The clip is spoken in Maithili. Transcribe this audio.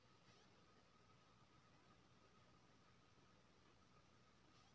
हमरा मकई के फसल में पता पीला भेल जाय छै एकर की उपचार होबय के चाही?